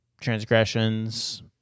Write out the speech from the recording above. transgressions